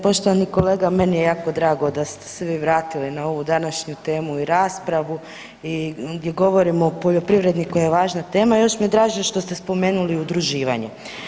Poštovani kolega meni je jako drago da ste se vi vratili na ovu današnju temu i raspravu gdje govorimo o poljoprivredi koja je važna tema i još mi je draže što ste spomenuli udruživanje.